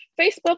Facebook